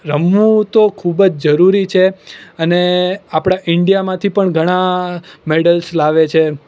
રમવું તો ખૂબ જ જરૂરી છે અને આપણા ઇન્ડિયામાંથી પણ ઘણા મેડલ્સ લાવે છે